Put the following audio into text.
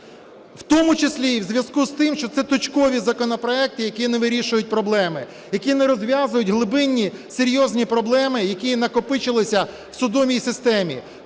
у тому числі і в зв'язку з тим, що це точкові законопроекти, які не вирішують проблеми, які не розв'язують глибинні серйозні проблеми, які накопичилися в судовій системі.